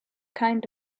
kind